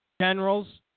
generals